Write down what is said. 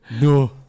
No